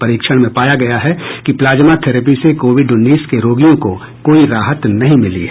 परीक्षण में पाया गया है कि प्लाजमा थेरेपी से कोविड उन्नीस के रोगियों को कोई राहत नहीं मिली है